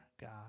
God